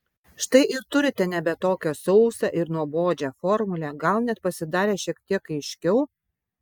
štai ir turite nebe tokią sausą ir nuobodžią formulę gal net pasidarė šiek tiek aiškiau